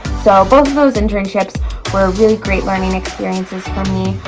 so both of those internships were really great learning experiences for me.